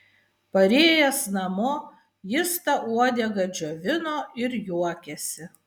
parėjęs namo jis tą uodegą džiovino ir juokėsi